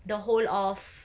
the whole of